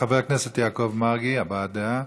חבר הכנסת יעקב מרגי, הבעת דעה.